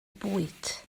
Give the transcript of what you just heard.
bwyd